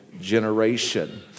generation